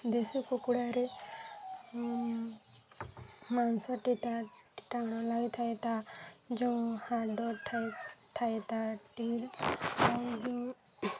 ଦେଶୀ କୁକୁଡ଼ାରେ ମାଂସଟି ତା' ଟାଣ ଲାଗିଥାଏ ତା' ଯେଉଁ ହାଡ଼ର୍ ଥାଏ ତା' ଟି ଯେଉଁ